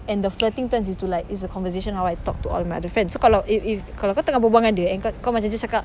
and the flirting turns into like is a conversation how I talk to all my other friends so kalau if if kalau kau tengah berbual dengan dia and kau kau macam just cakap